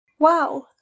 Wow